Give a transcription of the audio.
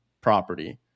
property